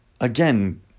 again